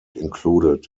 included